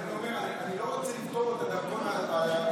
אני אומר, אני לא רוצה לפטור את הדרכון הקבוע.